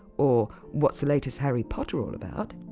or what's the latest harry potter all about?